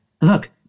look